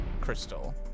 Crystal